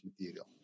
material